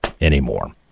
anymore